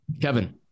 Kevin